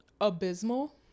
abysmal